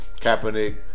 Kaepernick